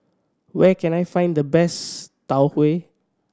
where can I find the best Tau Huay